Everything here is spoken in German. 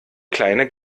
kleine